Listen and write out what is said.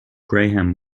graham